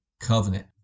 Covenant